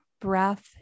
breath